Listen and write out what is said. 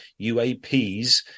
UAPs